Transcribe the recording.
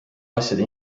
asjade